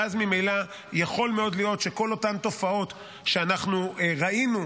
ואז ממילא יכול מאוד להיות שכל אותן תופעות שאנחנו ראינו,